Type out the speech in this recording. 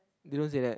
you don't say that